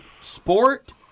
sport